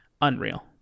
unreal